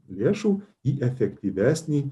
lėšų į efektyvesnį